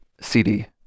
CD